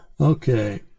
Okay